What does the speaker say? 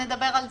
נדבר על זה.